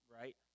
right